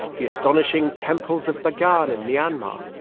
the astonishing temples of bagan in myanmar,